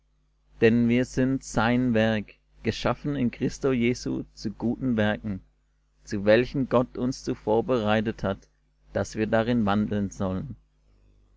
denn wir sind sein werk geschaffen in christo jesu zu guten werken zu welchen gott uns zuvor bereitet hat daß wir darin wandeln sollen